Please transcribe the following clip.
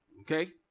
okay